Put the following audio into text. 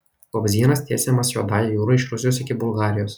vamzdynas tiesiamas juodąja jūra iš rusijos iki bulgarijos